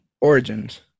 Origins